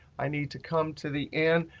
i need to come to the end,